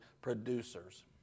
producers